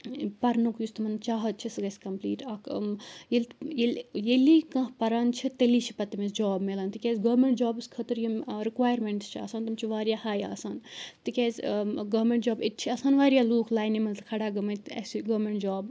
پَرنُک یُس تمَن چاہت چھِ سۄ گژھِ کمپٕلیٖٹ اکھ ییٚلہِ ییٚلی کانٛہہ پران چھُ تیٚلی چھ پتہٕ تٔمِس جاب ملان تِکیازِ گورمینٹ جابس خٲطرٕ یِم رٕکویرمینٹٕس چھِ آسان تِم چھِ واریاہ ہاے آسان تِکیازِ گورمینٹ جاب اتہِ چھِ آسان واریاہ لوٗکھ لاینہِ منٛز کھڑا گٔمٕتۍ اسہِ چھ گورمینٹ جاب